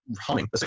humming